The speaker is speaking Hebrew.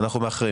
אנחנו מאחרים.